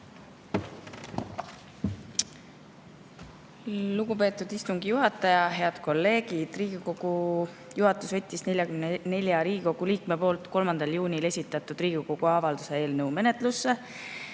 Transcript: Lugupeetud istungi juhataja! Head kolleegid! Riigikogu juhatus võttis 44 Riigikogu liikme poolt 3. juunil esitatud Riigikogu avalduse eelnõu menetlusse,